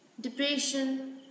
Depression